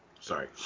Sorry